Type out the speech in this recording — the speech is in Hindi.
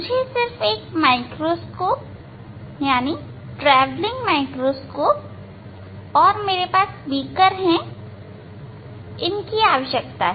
मुझे सिर्फ एक माइक्रोस्कोप ट्रैवलिंग माइक्रोस्कोप travelling सूक्ष्मदर्शी की और मेरे पास बीकर है